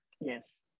Yes